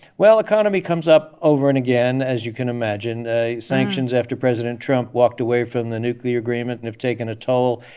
well, economy comes up over and again, as you can imagine. sanctions sanctions after president trump walked away from the nuclear agreement and have taken a toll.